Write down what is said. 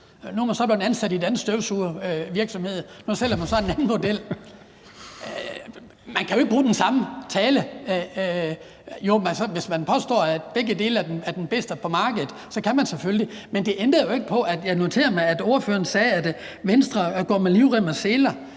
Nu er man så blevet ansat i en anden støvsugervirksomhed, og nu sælger man så en anden model. Man kan jo ikke bruge den samme tale – jo, hvis man påstår, at begge dele er den bedste på markedet, kan man selvfølgelig, men det ændrer jo ikke på det. Jeg noterede mig, at ordføreren sagde, at Venstre går med livrem og seler.